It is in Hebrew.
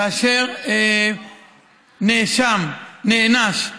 כאשר נאשם נענש,